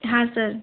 हाँ सर